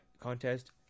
contest